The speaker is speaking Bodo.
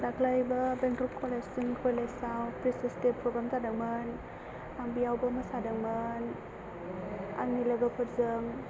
दाखालिबो बेंटल कलेज आव फ्रेसार्स दे प्रग्राम जादोंमोन आं बेयावबो मोसादोंमोन आंनि लोगोफोरजों